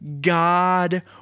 God